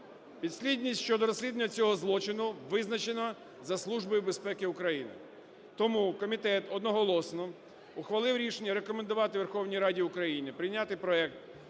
Підслідність щодо розслідування цього злочину визначено за Службою безпеки України. Тому комітет одноголосно ухвалив рішення рекомендувати Верховній Раді України прийняти проект